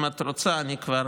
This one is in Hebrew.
אם את רוצה, אני כבר